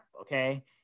okay